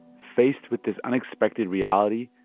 faced with this unexpected reality,